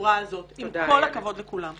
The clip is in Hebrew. בצורה הזאת עם כל הכבוד לכולם.